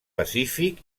pacífic